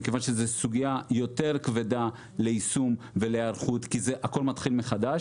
מכיוון שזו סוגיה יותר כבדה ליישום ולהיערכות כי הכול מתחיל מחדש,